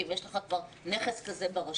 כי אם כבר יש לך נכס כזה ברשות,